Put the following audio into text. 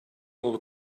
will